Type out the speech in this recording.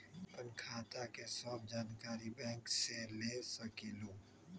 आपन खाता के सब जानकारी बैंक से ले सकेलु?